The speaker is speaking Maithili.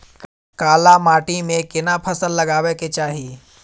काला माटी में केना फसल लगाबै के चाही?